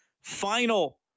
Final